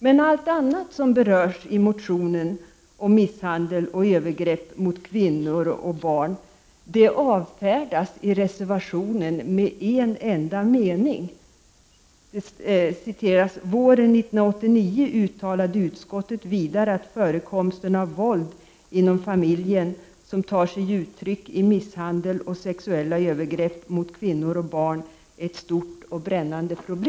Men allt annat som berörs i motionerna om misshandel och övergrepp mot kvinnor och barn avfärdas i reservationen med en enda mening: ”Våren 1989 uttalade utskottet vidare att förekomsten av våld inom familjen, som tar sig uttryck i misshan del och sexuella övergrepp mot kvinnor och barn, är ett stort och brännande = Prot.